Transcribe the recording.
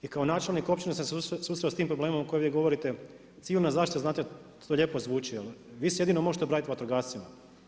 I kao načelnik općine sam se susreo s tim problemom o kojem ovdje govorite, civilna zaštita znate to lijepo zvuči, ali vi se jedino možete obratiti vatrogascima.